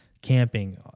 camping